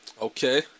Okay